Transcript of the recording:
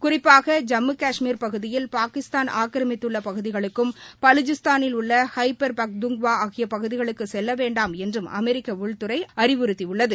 குறிப்பாக ஜம்மு கஷ்மீர் பகுதியில் பாகிஸ்தான் ஆக்கிரமித்துள்ள பகுதிகளுக்கும் பலுசிஸ்தானில் உள்ள ஹைபர் பக்துங்க்வா ஆகிய பகுதிகளுக்கு செல்ல வேண்டாம் என்றும் அமெரிக்க உள்துறை அறிவுறுத்தியுள்ளது